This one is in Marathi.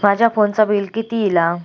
माझ्या फोनचा बिल किती इला?